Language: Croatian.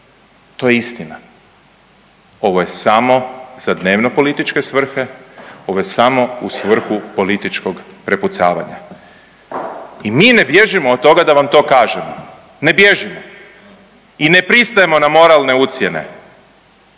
to je istina, ovo je samo za dnevnopolitičke svrhe, ovo je samo u svrhu političkog prepucavanja i mi ne bježimo od toga da vam to kažemo, ne bježimo i ne pristajemo na moralne ucjene,